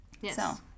Yes